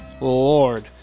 Lord